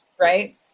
Right